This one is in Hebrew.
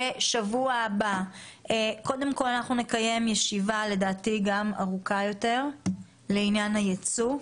בשבוע הבא נקיים ישיבה ארוכה יותר לעניין הייצוא,